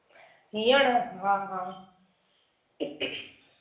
हीअ न हा हा